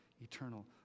eternal